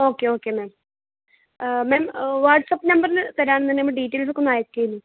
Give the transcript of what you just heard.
okay okay ma'am ma'am WhatsApp number ഒന്ന് തരുവാണെന്നുണ്ടെങ്കിൽ നമുക്ക് ഡീറ്റെയിൽസ് ഒക്കെ ഒന്ന് അയയ്ക്കേനു